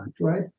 right